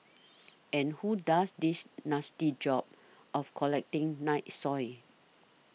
and who does this nasty job of collecting night soil